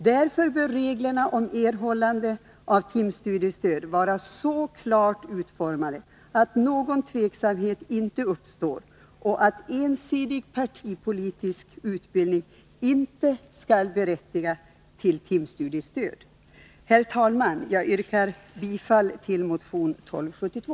Därför bör reglerna om erhållande av timstudiestöd vara så klart utformade att någon tveksamhet inte uppstår och att ensidig partipolitisk utbildning inte skall berättiga till timstudiestöd. Herr talman! Jag yrkar bifall till motion 1272.